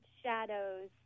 shadows